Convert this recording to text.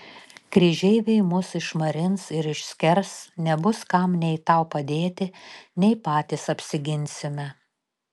kryžeiviai mus išmarins ir išskers nebus kam nei tau padėti nei patys apsiginsime